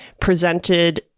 presented